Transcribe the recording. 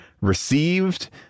received